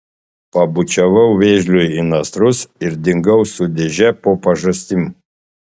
pabučiavau vėžliui į nasrus ir dingau su dėže po pažastim